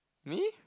me